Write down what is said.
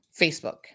Facebook